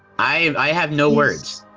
i have no words.